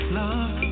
love